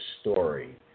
story